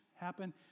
happen